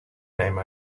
name